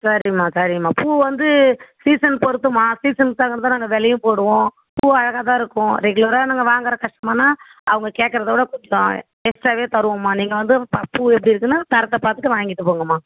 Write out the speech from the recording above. சரிங்கம்மா சரிங்கம்மா பூ வந்து சீசன் பொறுத்தும்மா சீசன் தகுந்துதான் நாங்கள் விலையும் போடுவோம் பூ அழகாகதான் இருக்கும் ரெகுலராக நாங்கள் வாங்கிற கஸ்டமர்னால் அவங்க கேட்கறத விட கொஞ்சம் எக்ஸ்ட்ராகவே தருவோம்மா நீங்கள் வந்து பூ எப்படி இருக்குதுன்னு தரத்தை பார்த்துட்டு வாங்கிட்டு போங்கம்மா